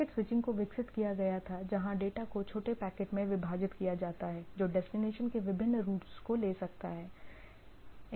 packet switching को विकसित किया गया था जहां डेटा को छोटे पैकेट में विभाजित किया जाता है जो डेस्टिनेशन के विभिन्न रूट्स को ले सकता है